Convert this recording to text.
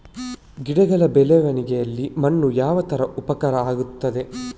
ಗಿಡಗಳ ಬೆಳವಣಿಗೆಯಲ್ಲಿ ಮಣ್ಣು ಯಾವ ತರ ಉಪಕಾರ ಆಗ್ತದೆ?